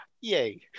yay